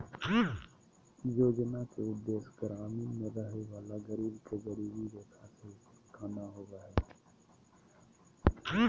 योजना के उदेश्य ग्रामीण में रहय वला गरीब के गरीबी रेखा से ऊपर उठाना होबो हइ